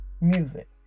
music